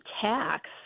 tax